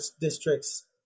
districts